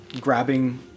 grabbing